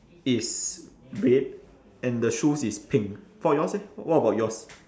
is red and the shoes is pink for yours eh what about yours